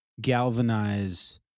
galvanize